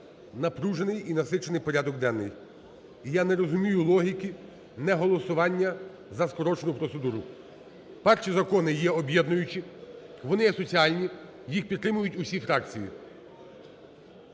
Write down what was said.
напружений і насичений порядок денний, я не розумію логіки неголосування за скорочену процедуру. Перші закони є об'єднуючі, вони є соціальні, їх підтримують усі фракції,